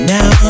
Now